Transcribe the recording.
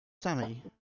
Sammy